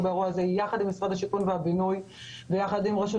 יחד עם משרד השיכון והבינוי ויחד עם רשות